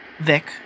Vic